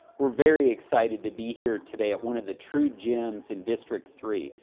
we're very excited to be here today at one of the true gems in district three,